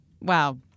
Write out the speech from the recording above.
Wow